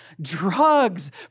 drugs